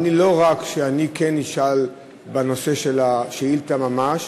לא רק שאני כן אשאל בנושא של השאילתה ממש,